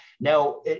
Now